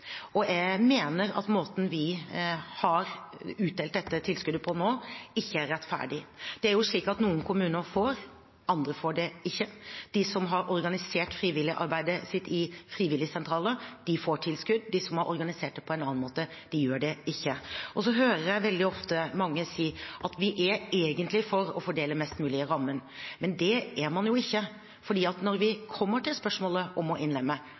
Og jeg mener at måten vi har utdelt dette tilskuddet på nå, ikke er rettferdig. Det er jo slik at noen kommuner får, og andre ikke får. De som har organisert frivilligarbeidet sitt i frivilligsentraler, får tilskudd. De som har organisert det på en annen måte, gjør det ikke. Jeg hører veldig ofte mange si at man er egentlig for å fordele mest mulig i rammen. Men det er man jo ikke, for når vi kommer til spørsmålet om å innlemme,